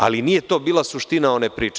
Ali, nije to bila suština one priče.